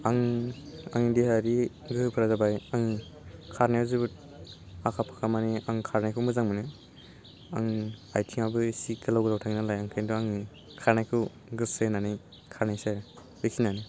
आं आंनि देहायारि गोहोफोरा जाबाय आङो खारनायाव जोबोद आखा फाखा मानि आं खारनायखौ मोजां मोनो आं आथिंआबो एसे गोलाव गोलाव थाङो नालाय ओंखायनथ' आङो खारनायखौ गोसो होनानै खारनायसै आरो बेखिनियानो